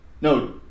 No